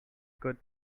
could